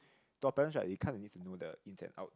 to our parents right they kind of need to know the ins and out